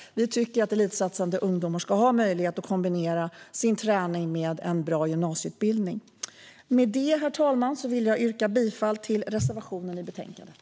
Vi tycker att elitsatsande ungdomar ska ha möjlighet att kombinera sin träning med en bra gymnasieutbildning. Herr talman! Med det yrkar jag bifall till reservationen i betänkandet.